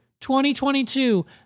2022